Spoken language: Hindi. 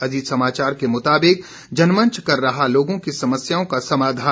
अजीत समाचार के मुताबिक जनमंच कर रहा लोगों की समस्याओं का समाधान